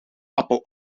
appel